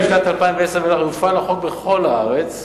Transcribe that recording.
משנת 2010 יופעל החוק בכל הארץ,